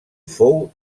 fou